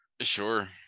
sure